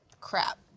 crap